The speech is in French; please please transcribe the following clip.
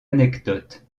anecdote